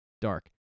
dark